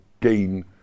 gain